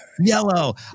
Yellow